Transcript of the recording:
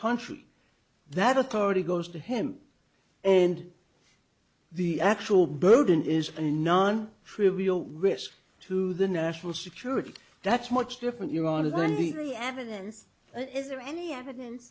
country that authority goes to him and the actual building is a non trivial risk to the national security that's much different you are the only real evidence is there any evidence